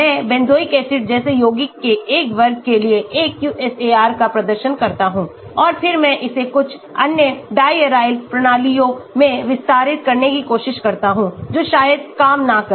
मैं benzoic acid जैसे यौगिकों के एक वर्ग के लिए एक QSAR का प्रदर्शन करता हूं और फिर मैं इसे कुछ अन्य diaryl प्रणालियों में विस्तारित करने की कोशिश करता हूं जो शायद काम न करें